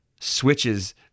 switches